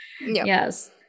Yes